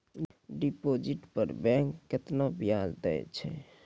Deposit पर bank केतना ब्याज दै छै?